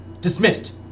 Dismissed